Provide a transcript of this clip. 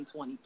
2020